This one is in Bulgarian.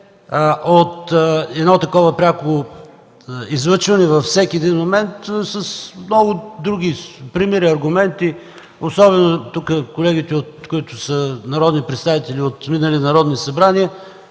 от едно такова пряко излъчване във всеки един момент с много други примери и аргументи, особено колегите, които са народни представители от минали народни събрания,